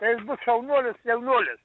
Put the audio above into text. tai jis bus šaunuolis jaunuolis